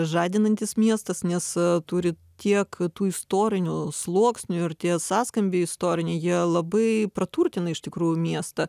žadinantis miestas nes turi tiek tų istorinių sluoksnių ir tie sąskambiai istoriniai jie labai praturtina iš tikrųjų miestą